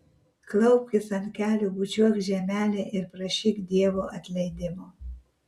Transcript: klaupkis ant kelių bučiuok žemelę ir prašyk dievo atleidimo